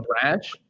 branch